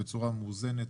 בצורה מאוזנת,